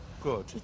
Good